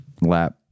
lap